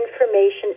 information